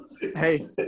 Hey